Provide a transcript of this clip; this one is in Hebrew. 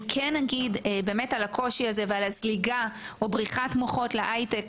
אני אגיד על הקושי של הזליגה או בריחת המוחות להייטק,